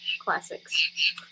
Classics